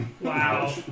Wow